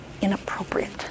inappropriate